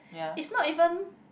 is not even